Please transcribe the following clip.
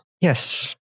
Yes